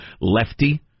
lefty